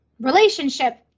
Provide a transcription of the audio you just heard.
relationship